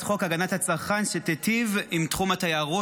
חוק הגנת הצרכן שייטיב עם תחום התיירות.